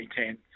2010